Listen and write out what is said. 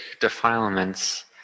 defilements